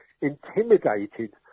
intimidated